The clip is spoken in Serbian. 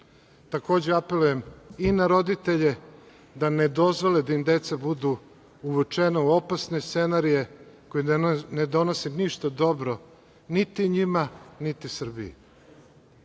način. Takođe, apelujem i na roditelje da ne dozvole da im deca budu uvučena u opasne scenarije koji ne donose ništa dobro niti njima, niti Srbiji.